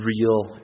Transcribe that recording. real